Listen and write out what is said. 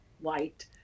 white